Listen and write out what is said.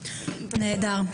נהדר.